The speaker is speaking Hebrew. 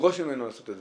קורס